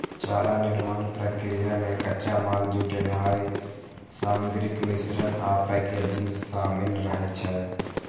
चारा निर्माण प्रक्रिया मे कच्चा माल जुटेनाय, सामग्रीक मिश्रण आ पैकेजिंग शामिल रहै छै